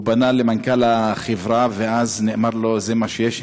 הוא פנה למנכ"ל החברה ואז נאמר לו: זה מה שיש.